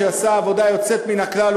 שעשה עבודה יוצאת מן הכלל,